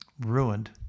Ruined